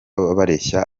bareshya